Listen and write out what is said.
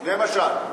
למשל?